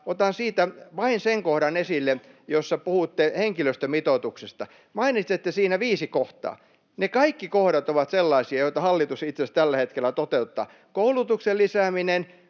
vain sen kohdan, jossa puhutte henkilöstömitoituksesta — mainitsette siinä viisi kohtaa. Ne kaikki kohdat ovat sellaisia, joita hallitus jo itse asiassa tällä hetkellä toteuttaa: koulutuksen lisääminen,